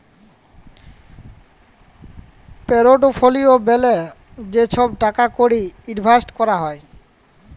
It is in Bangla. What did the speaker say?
পোরটফলিও ব্যলে যে ছহব টাকা কড়ি ইলভেসট ক্যরা হ্যয়